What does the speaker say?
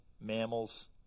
mammals